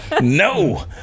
no